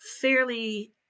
fairly